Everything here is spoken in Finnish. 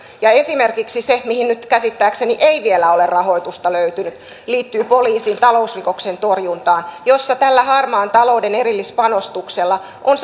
ja esimerkiksi se mihin nyt käsittääkseni ei vielä ole rahoitusta löytynyt liittyy poliisin talousrikoksien torjuntaan jossa tällä harmaan talouden erillispanostuksella on